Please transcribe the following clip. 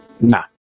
Nah